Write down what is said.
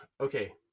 okay